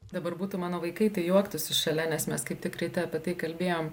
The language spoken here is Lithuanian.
dabar būtų mano vaikai tai juoktųsi šalia nes mes kaip tik ryte apie tai kalbėjom